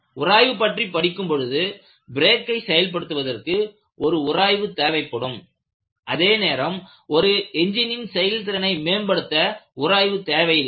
உராய்வு பற்றி படிக்கும் பொழுது பிரேக்கை செயல்படுத்துவதற்கு ஒரு உராய்வு தேவைப்படும் அதே நேரம் ஒரு எஞ்சினின் செயல்திறனை மேம்படுத்த உராய்வு தேவை இல்லை